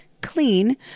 clean